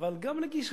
אגב, אני גם רוצה